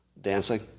dancing